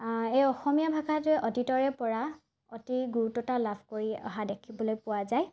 এই অসমীয়া ভাষাটোৱে অতীতৰে পৰা অতি গুৰুত্বতা লাভ কৰি অহা দেখিবলৈ পোৱা যায়